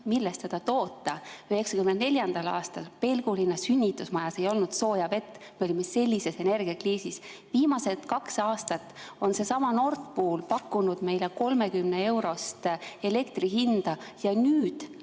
millest seda toota. 1994. aastal ei olnud Pelgulinna sünnitusmajas sooja vett. Me olime sellises energiakriisis. Viimased kaks aastat on seesama Nord Pool pakkunud meile 30‑eurost elektri hinda. Nüüd